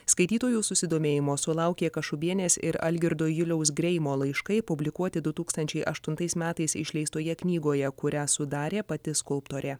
skaitytojų susidomėjimo sulaukė kašubienės ir algirdo juliaus greimo laiškai publikuoti du tūkstančiai aštuntais metais išleistoje knygoje kurią sudarė pati skulptorė